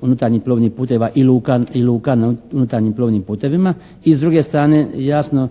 unutarnjih plovnih puteva i luka, tih luka na unutarnjim polovnim putevima. I s druge strane, jasno